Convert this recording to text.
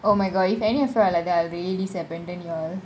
oh my god if any of you are like that I'll really dis~ abandon you all